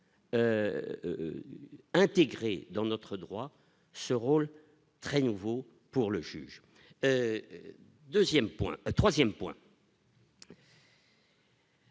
intégré dans notre droit, ce rôle très nouveau pour le juge 2ème point